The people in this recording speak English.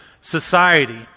society